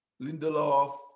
Lindelof